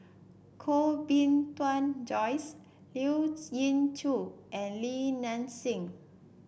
Koh Bee Tuan Joyce Lien Ying Chow and Li Nanxing